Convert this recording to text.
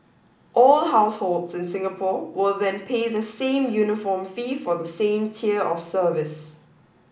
all households in Singapore will then pay the same uniform fee for the same tier of service